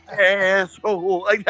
asshole